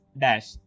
dash